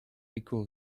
equal